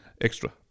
extra